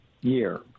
year